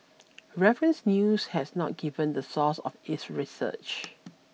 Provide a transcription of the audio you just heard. reference News has not given the source of its research